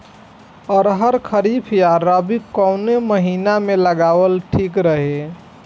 अरहर खरीफ या रबी कवने महीना में लगावल ठीक रही?